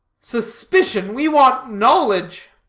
suspicion. we want knowledge.